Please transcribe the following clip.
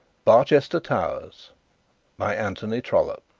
barchester towers by anthony trollope